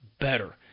better